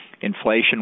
Inflation